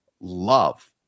love